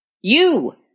You